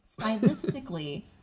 stylistically